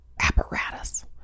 Apparatus